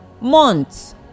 months